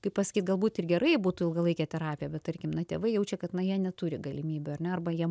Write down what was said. kaip pasakyt galbūt ir gerai būtų ilgalaikė terapija bet tarkim na tėvai jaučia kad na jie neturi galimybių ar ne arba jiem